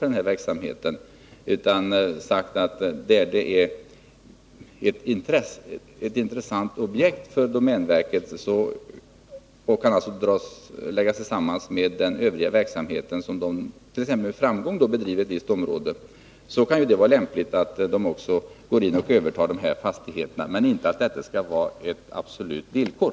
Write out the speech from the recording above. Vi har i stället sagt att om det är intressanta objekt för domänverket så kan man lägga dem tillsammans med den övriga verksamheten som man med framgång bedriver i området, och då kan det vara lämpligt att överta fastigheterna. Men det skall inte vara ett absolut villkor.